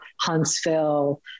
Huntsville